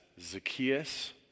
Zacchaeus